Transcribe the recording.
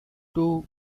two